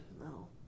no